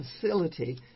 Facility